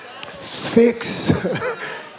Fix